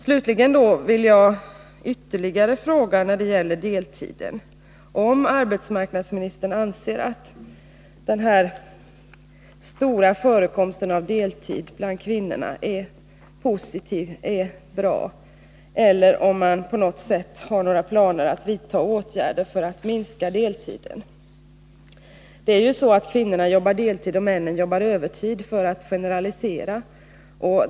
Slutligen vill jag beträffande deltiden ytterligare fråga om arbetsmarknadsministern anser att den stora förekomsten av deltid bland kvinnorna är någonting positivt och bra eller om man har planer att på något sätt vidta åtgärder för att minska deltiden. Det är ju så att kvinnorna jobbar deltid och 165 männen jobbar övertid, för att generalisera.